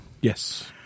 Yes